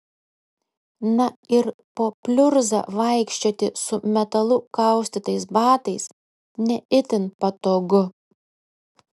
na ir po pliurzą vaikščioti su metalu kaustytais batais ne itin patogu